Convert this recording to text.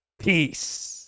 Peace